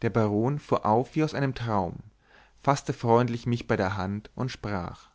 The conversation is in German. der baron fuhr auf wie aus einem traum faßte freundlich mich bei der hand und sprach